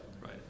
right